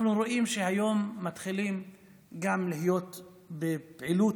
אנחנו רואים שהיום מתחילים להיות בפעילות